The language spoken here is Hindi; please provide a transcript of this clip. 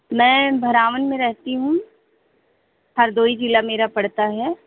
मैं भरावन में रहती हूँ हरदोई ज़िला मेरा पड़ता है